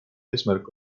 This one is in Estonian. eesmärk